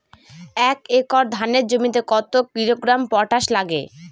এক একর ধানের জমিতে কত কিলোগ্রাম পটাশ লাগে?